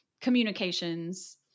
communications